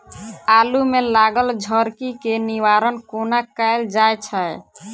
आलु मे लागल झरकी केँ निवारण कोना कैल जाय छै?